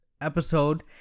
episode